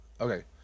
Okay